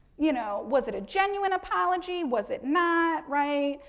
you know, was it a genuine apology, was it not, right?